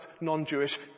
non-Jewish